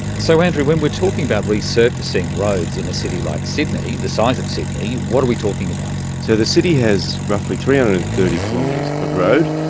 so andrew, when we're talking about resurfacing roads in a city like sydney, the size of sydney, what are we talking about? so the city has roughly three hundred and thirty kilometres of road,